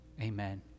amen